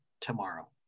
tomorrow